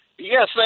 Yes